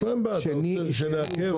שני הוא